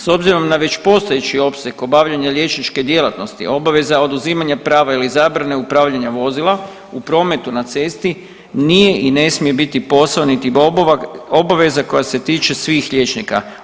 S obzirom na već postojeći opseg obavljanja liječničke djelatnosti, a obveza oduzimanja prava ili zabrane upravljanja vozila u prometu na cesti nije i ne smije biti posao niti obaveza koja se tiče svih liječnika.